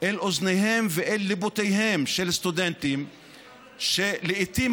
אל אוזניהם ואל ליבותיהם של סטודנטים שלעיתים